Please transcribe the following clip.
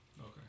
Okay